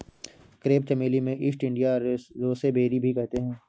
crepe चमेली को East India rosebay भी कहते हैं